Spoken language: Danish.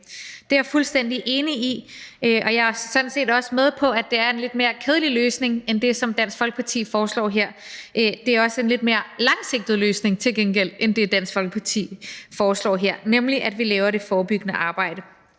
Det er jeg fuldstændig enig i, og jeg er sådan set også med på, at det er en lidt mere kedelig løsning end den, som Dansk Folkeparti foreslår her. Det er til gengæld også en lidt mere langsigtet løsning end den, Dansk Folkeparti foreslår her, nemlig at vi laver det forebyggende arbejde.